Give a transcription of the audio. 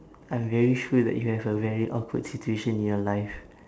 I'm very sure that you have a very awkward situation in your life